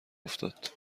افتاد